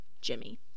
jimmy